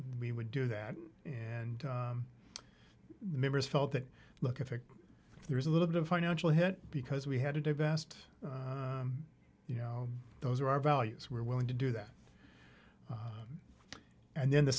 we would do that and members felt that look if there is a little bit of financial hit because we had to divest you know those are our values we're willing to do that and then the